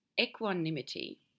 Equanimity